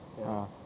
ya